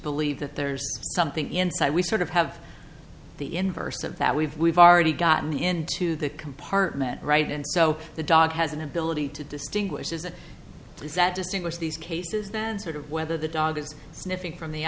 believe that there's something inside we sort of have the inverse of that we've we've already gotten into the compartment right and so the dog has an ability to distinguish isn't that distinguish these cases than sort of whether the dog is sniffing from the